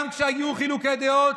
גם כשהיו חילוקי דעות,